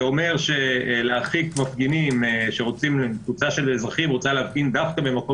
זה אומר שלהרחיק קבוצה של אזרחים שרוצה להפגין דווקא במקום